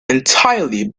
entirely